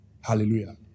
Hallelujah